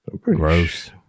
Gross